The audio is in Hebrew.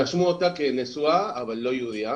רשמו אותה כנשואה, אבל לא יהודייה